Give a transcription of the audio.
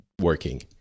working